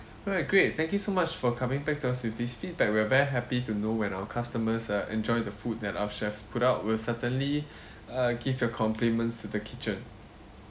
alright great thank you so much for coming back to us with these feedback we are very happy to know when our customers uh enjoy the food that are chefs put out we'll certainly uh give your compliments to the kitchen